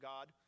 God